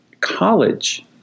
college